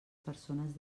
persones